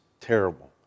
terrible